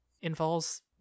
involves